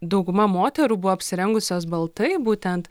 dauguma moterų buvo apsirengusios baltai būtent